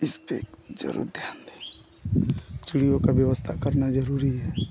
इसपर ज़रूर ध्यान दें चिड़ियों का व्यवस्था करना ज़रूरी है